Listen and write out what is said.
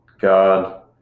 God